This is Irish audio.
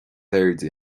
airde